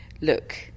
look